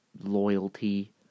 loyalty